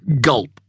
gulp